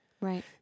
Right